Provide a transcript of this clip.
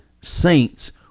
saints